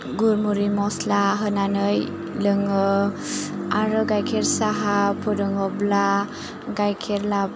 गुरमुरि मस्ला होनानै लोङो आरो गाइखेर साहा फुदुङोब्ला गाइखेर लाब